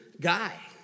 guy